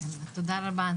תודה רבה,